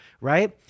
Right